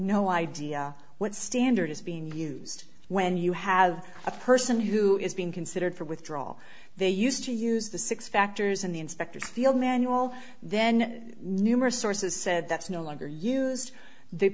no idea what standard is being used when you have a person who is being considered for withdrawal they used to use the six factors in the inspectors field manual then numerous sources said that's no longer used the